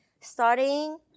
starting